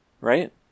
right